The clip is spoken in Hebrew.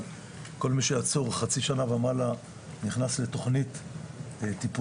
אבל כל מי שעצור מחצי שנה ומעלה נכנס לתכנית טיפולית,